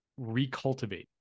recultivate